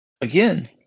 again